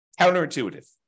Counterintuitive